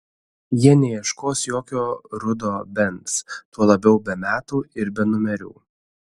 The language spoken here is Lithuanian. jie neieškos jokio rudo benz tuo labiau be metų ir be numerių